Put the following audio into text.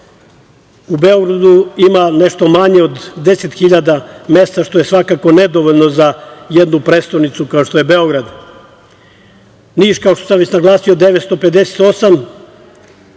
U Beogradu ima nešto manje od 10 hiljada mesta, što je svakako nedovoljno za jednu prestonicu kao što je Beograd. Niš, kao što sam već naglasio, 958,